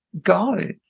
go